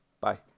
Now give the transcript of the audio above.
Bye